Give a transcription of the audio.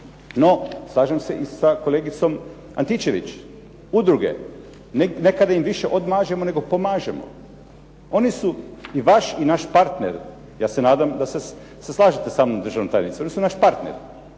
No, slažem se i sa kolegicom Antičević. Udruge, nekada im više odmažemo nego pomažemo. Oni su i vaš i naš partner. Ja se nadam da se slažete sa mnom državna tajnice. Oni su naš partner.